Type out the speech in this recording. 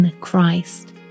Christ